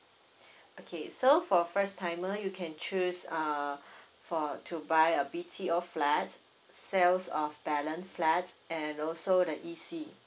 okay so for first timer you can choose uh for to buy a B_T_O flat sales of balance flat and also the E_C